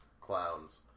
clowns